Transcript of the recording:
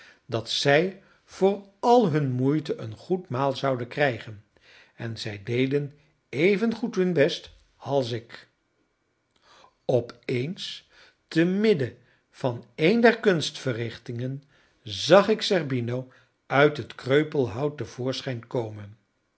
dat zij voor al hun moeite een goed maal zouden krijgen en zij deden even goed hun best als ik opeens te midden van een der kunstverrichtingen zag ik zerbino uit het kreupelhout te voorschijn komen